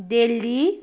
Delhi